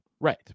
Right